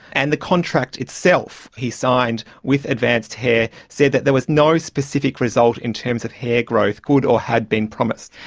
and the contract itself he signed with advanced hair said that there was no specific result in terms of hair growth, good or had been promised.